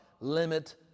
Limit